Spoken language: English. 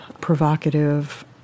provocative